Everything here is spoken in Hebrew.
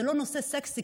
זה לא נושא סקסי,